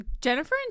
Jennifer